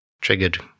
triggered